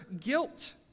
guilt